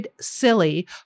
silly